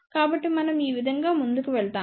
కాబట్టి మనం ఈ విధంగా ముందుకు వెళ్తాము